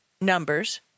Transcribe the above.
numbers